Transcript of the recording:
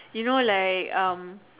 you know like um